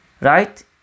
Right